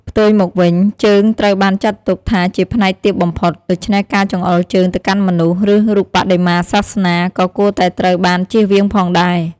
ផ្ទុយមកវិញ ជើងត្រូវបានចាត់ទុកថាជាផ្នែកទាបបំផុត ដូច្នេះការចង្អុលជើងទៅកាន់មនុស្ស ឬរូបបដិមាសាសនា ក៏គួរតែត្រូវបានជៀសវាងផងដែរ។